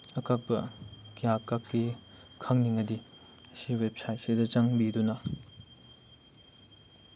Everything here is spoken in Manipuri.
ꯑꯀꯛꯄ ꯀꯌꯥ ꯀꯛꯈꯤ ꯈꯪꯅꯤꯡꯉꯗꯤ ꯁꯤ ꯋꯦꯕ ꯁꯥꯏꯗꯁꯤꯗ ꯆꯪꯕꯤꯗꯨꯅ